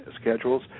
schedules